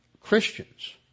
Christians